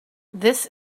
this